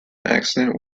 accident